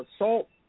assault